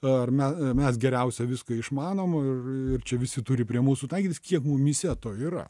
ar me mes geriausia viską išmanom ir ir čia visi turi prie mūsų taikytis kiek mumyse to yra